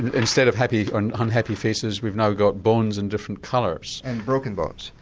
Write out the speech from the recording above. instead of happy and unhappy faces we've now got bones in different colours. and broken bones,